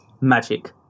magic